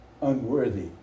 unworthy